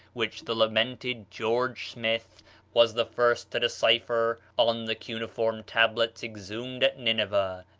which the lamented george smith was the first to decipher on the cuneiform tablets exhumed at nineveh,